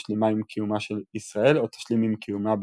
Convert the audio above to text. משלימה עם קיומה של ישראל או תשלים עם קיומה בעתיד.